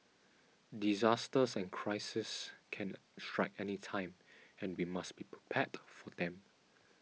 disasters and crises can strike anytime and we must be prepared for them